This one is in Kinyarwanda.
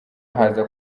haza